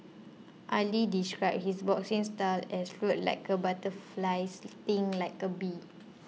Ali described his boxing style as float like a butterfly sting like a bee